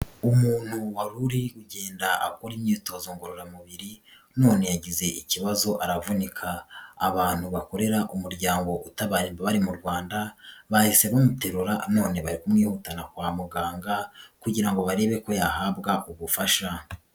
Umuntu wari kugenda akora imyitozo ngororamubiri none yagize ikibazo aravunika, abantu bakorera umuryango utaba aba mu Rwanda, bahise bamuterura none bari kumwihutana kwa muganga kugira ngo barebe ko yahabwa ubufasha.